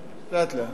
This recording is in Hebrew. לאט-לאט.